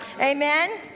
Amen